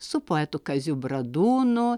su poetu kaziu bradūnu